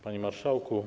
Panie Marszałku!